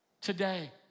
Today